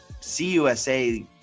CUSA